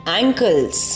ankles